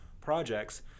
projects